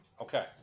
Okay